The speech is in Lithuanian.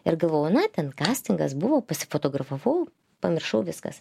ir galvojau na ten kastingas buvau pasifotografavau pamiršau viskas